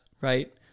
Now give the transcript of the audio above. right